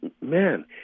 man